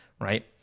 right